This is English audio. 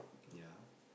ya